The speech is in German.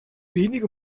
wenige